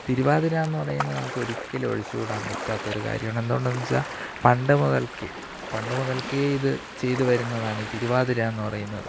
തിരുവാതിര എന്ന് പറയുന്നത് നമുക്ക് ഒരിക്കലും ഒഴിച്ചുകൂടാന് പറ്റാത്ത ഒരു കാര്യമാണ് എന്തൂകൊണ്ടെന്ന് വച്ചാൽ പണ്ടു മുതല്ക്കേ പണ്ടുമുതല്ക്കേ ഇത് ചെയ്ത് വരുന്നതാണ് ഈ തിരുവാതിര എന്ന് പറയുന്നത്